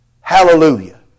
Hallelujah